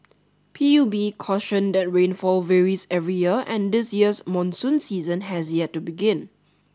P U B cautioned that rainfall varies every year and this year's monsoon season has yet to begin